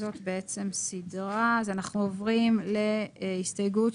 עכשיו נכנעת למשמעת קואליציונית.